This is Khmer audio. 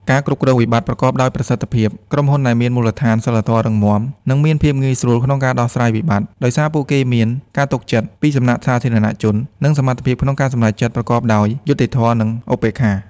ការគ្រប់គ្រងវិបត្តិប្រកបដោយប្រសិទ្ធភាព: ក្រុមហ៊ុនដែលមានមូលដ្ឋានសីលធម៌រឹងមាំ នឹងមានភាពងាយស្រួលក្នុងការដោះស្រាយវិបត្តិ ដោយសារពួកគេមាន ការទុកចិត្ត ពីសំណាក់សាធារណជន និងសមត្ថភាពក្នុងការសម្រេចចិត្តប្រកបដោយ យុត្តិធម៌ គឺ ឧបេក្ខា។